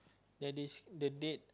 ya this the date